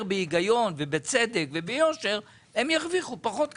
בהיגיון ובצדק וביושר הם ירוויחו פחות כסף,